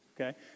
Okay